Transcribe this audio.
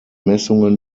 messungen